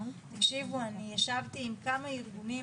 אני ישבתי עם כמה ארגונים,